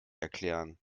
erklären